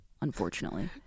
unfortunately